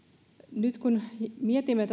nyt kun mietimme